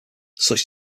such